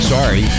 Sorry